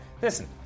Listen